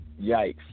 Yikes